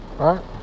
Right